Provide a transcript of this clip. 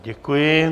Děkuji.